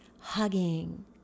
hugging